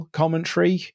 commentary